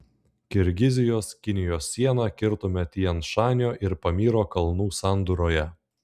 kirgizijos kinijos sieną kirtome tian šanio ir pamyro kalnų sandūroje